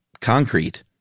concrete